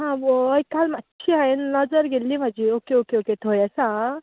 आवय काल मात्सी हांवें नजर गेल्ली म्हाजी ओके ओके ओके थंय आसा